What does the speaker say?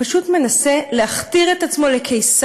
הוא פשוט מנסה להכתיר את עצמו לקיסר.